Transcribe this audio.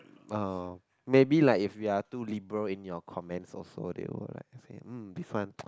uh maybe like if we are too liberal in your comments also they will like say mm this one